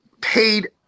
paid